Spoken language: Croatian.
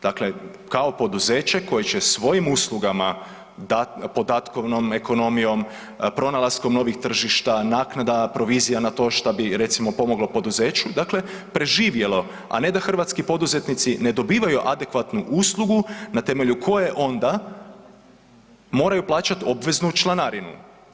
Dakle, kao poduzeće koje će svojim uslugama podatkovnom ekonomijom, pronalaskom novih tržišta, naknada provizija na to šta bi recimo pomoglo poduzeću, dakle preživjelo, a ne da hrvatski poduzetnici ne dobivaju adekvatnu uslugu na temelju koje onda moraju plaćati obveznu članarinu.